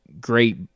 great